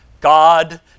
God